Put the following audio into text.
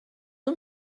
اون